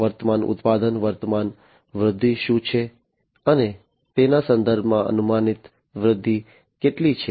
વર્તમાન ઉત્પાદન વર્તમાન વૃદ્ધિ શું છે અને તેના સંદર્ભમાં અનુમાનિત વૃદ્ધિ કેટલી છે